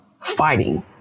fighting